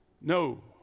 No